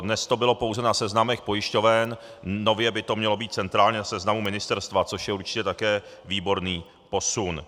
Dnes to bylo pouze na seznamech pojišťoven, nově by to mělo být centrálně v seznamu ministerstva, což je určitě také výborný posun.